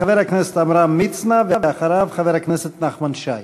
חבר הכנסת עמרם מצנע, ואחריו, חבר הכנסת נחמן שי.